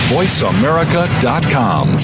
VoiceAmerica.com